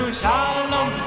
shalom